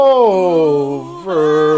over